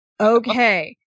okay